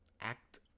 act